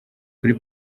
kuri